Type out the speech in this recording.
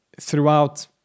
throughout